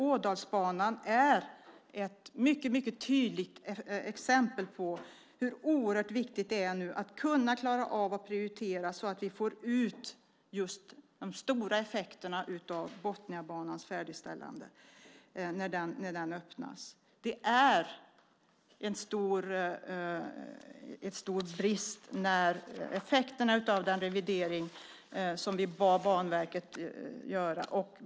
Ådalsbanan är ett mycket tydligt exempel på hur oerhört viktigt det är att kunna klara av att prioritera så att vi får ut de stora effekterna av Botniabanans färdigställande när den öppnas. Det är en stor brist med effekterna av den revidering som vi bad Banverket att göra.